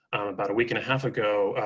about a week and a half ago,